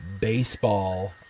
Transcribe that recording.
Baseball